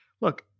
look